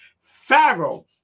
Pharaoh